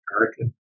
American